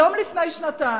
היום לפני שנתיים?